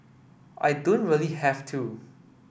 I don't really have to